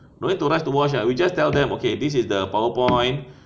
no need to rush to rush ah we just tell them okay this is the powerpoint